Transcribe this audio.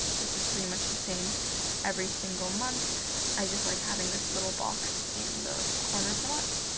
this is pretty much the same every single month i just like having this little box in the corner of the month.